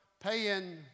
paying